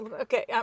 okay